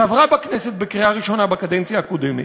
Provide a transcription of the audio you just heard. שעברה בכנסת בקריאה ראשונה בקדנציה הקודמת,